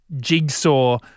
jigsaw